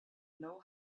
know